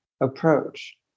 approach